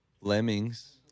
Lemmings